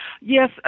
Yes